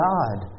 God